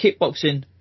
kickboxing